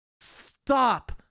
Stop